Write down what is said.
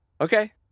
Okay